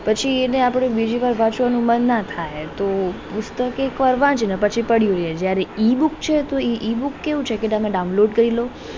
પછી એને આપણે બીજીવાર પાછું વાંચવાનું મન થાય તો પુસ્તક એકવાર વાંચીને પછી પડ્યું રહે છે જ્યારે ઈ બુક છે તો એ ઈ બુક કેવું છે કે તમે ડાઉનલોડ કરી લો